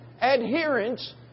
adherence